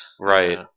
Right